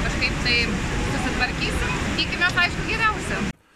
kažkaip tai susitvarkysim tikimės aišku geriausio